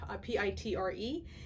P-I-T-R-E